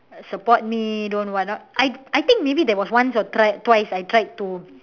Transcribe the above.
support me don't what not I I think maybe there was once or thrice twice I tried to